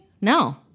No